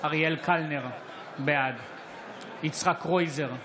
אריאל קלנר, בעד יצחק קרויזר,